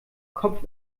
kopf